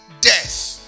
death